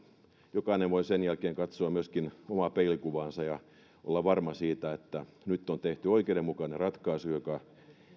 jokainen voi sen jälkeen katsoa myöskin omaa peilikuvaansa ja olla varma siitä että nyt on tehty oikeudenmukainen ratkaisu joka